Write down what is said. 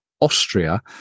Austria